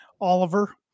Oliver